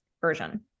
version